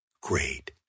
great